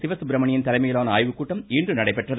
சிவசுப்ரமணியன் தலைமையிலான ஆய்வுக் கூட்டம் இன்று நடைபெற்றது